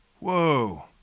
whoa